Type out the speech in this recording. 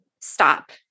stop